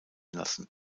lassen